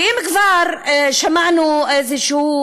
ואם כבר שמענו איזשהו